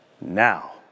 now